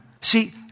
See